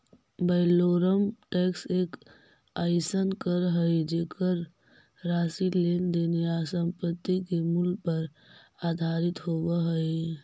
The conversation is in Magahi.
वैलोरम टैक्स एक अइसन कर हइ जेकर राशि लेन देन या संपत्ति के मूल्य पर आधारित होव हइ